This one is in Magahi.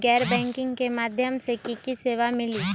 गैर बैंकिंग के माध्यम से की की सेवा मिली?